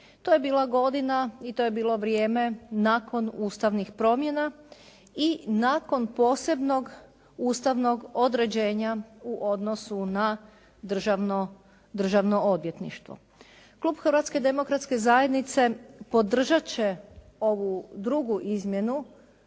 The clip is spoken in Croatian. To je bila godina i to je bilo vrijeme nakon ustavnih promjena i nakon posebnog ustavnog određenja u odnosu na državno odvjetništvu. Klub Hrvatske demokratske